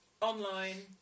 online